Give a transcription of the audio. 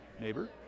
Neighbor